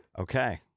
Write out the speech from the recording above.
Okay